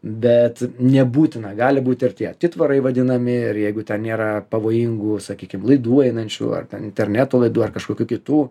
bet nebūtina gali būti ir tie atitvarai vadinami ir jeigu ten nėra pavojingų sakykim laidų einančių ar ten interneto laidų ar kažkokių kitų